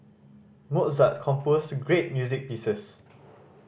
Mozart composed great music pieces